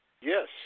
Yes